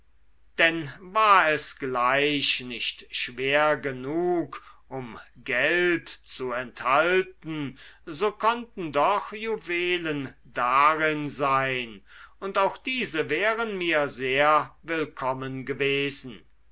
denn war es gleich nicht schwer genug um geld zu enthalten so konnten doch juwelen darin sein und auch diese wären mir sehr willkommen gewesen